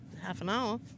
Half-an-hour